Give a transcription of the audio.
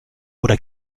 oder